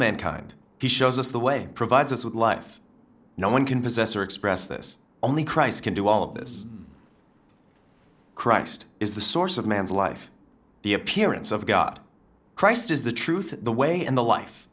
mankind he shows us the way provides us with life no one can possess or express this only christ can do all this christ is the source of man's life the appearance of god christ is the truth the way in the life